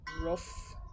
rough